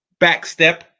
backstep